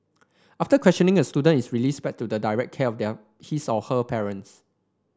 after questioning a student is released back to the direct care of their his or her parents